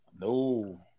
No